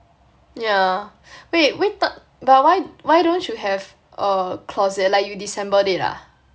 yeah wait wh~ t~ but why why don't you have a closet like you disassembled it ah